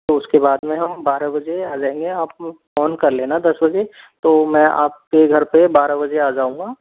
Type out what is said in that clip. तो उसके बाद में हम बारह बजे जाएंगे आप फोन कर लेना दस बजे तो मैं आपके घर पर बारह बजे आऊंगा